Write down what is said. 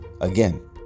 Again